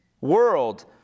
world